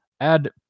add